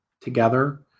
together